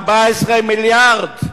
14 מיליארד,